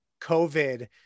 COVID